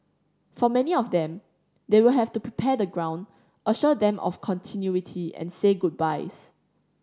for many of them they will have to prepare the ground assure them of continuity and say goodbyes